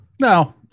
No